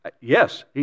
Yes